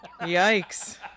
Yikes